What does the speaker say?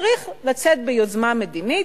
צריך לצאת ביוזמה מדינית,